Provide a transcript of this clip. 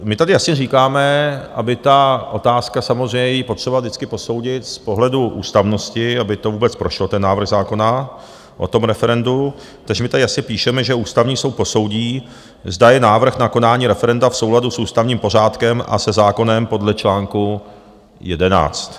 My tady jasně říkáme, aby ta otázka, samozřejmě je ji potřeba vždycky posoudit z pohledu ústavnosti, aby vůbec prošel ten návrh zákona o tom referendu, takže my tady jasně píšeme, že Ústavní soud posoudí, zda je návrh na konání referenda v souladu s ústavním pořádkem a se zákonem podle článku 11.